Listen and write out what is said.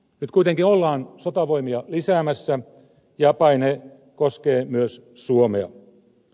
nyt kuitenkin ollaan sotavoimia lisäämässä ja paine koskee myös suomea